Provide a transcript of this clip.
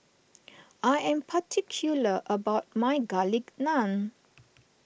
I am particular about my Garlic Naan